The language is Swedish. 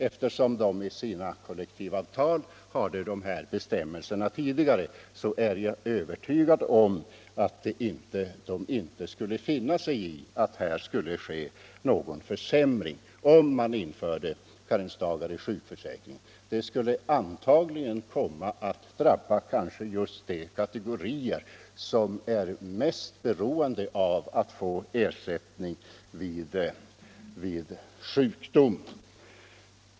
De hade ju tidigare sådana bestämmelser i sina kollektivavtal, så jag är förvissad om att de inte skulle finna sig i någon försämring för den händelse vi återinförde karensdagar i sjukförsäkringen. En sådan åtgärd skulle antagligen drabba just de kategorier som är mest beroende av att få ersättning vid sjukdom.